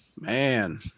man